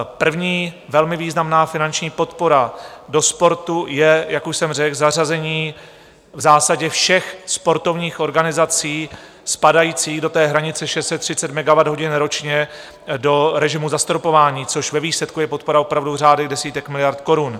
První velmi významná finanční podpora do sportu je, jak už jsem řekl, zařazení v zásadě všech sportovních organizací spadajících do hranice 630 megawatthodin ročně do režimu zastropování, což ve výsledku je podpora opravdu v řádech desítek miliard korun.